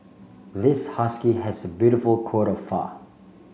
this husky has a beautiful coat of fur